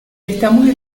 estamos